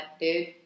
dude